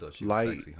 light